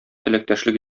теләктәшлек